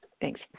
Thanks